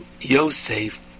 Yosef